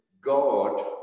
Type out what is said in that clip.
God